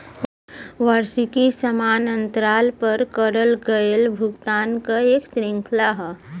वार्षिकी समान अंतराल पर करल गयल भुगतान क एक श्रृंखला हौ